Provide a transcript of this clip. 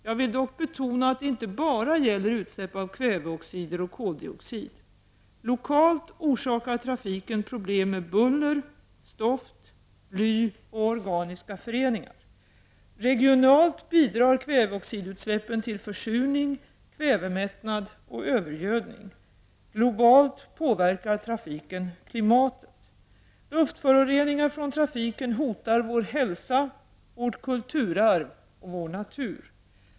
Jag vill dock betona att det inte bara gäller utsläppen av kväveoxider och koldioxid. Lokalt orsakar trafiken problem med buller, stoft, bly och organiska föreningar. Regionalt bidrar kväveoxidutsläppen till försurning, kvävemättnad och övergödning. Globalt påverkar trafiken klimatet. Luftföroreningar från trafiken hotar vår hälsa, vårt kulturarv och vår natur.